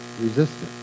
resistance